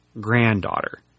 granddaughter